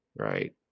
Right